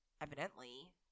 evidently